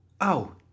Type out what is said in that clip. Oh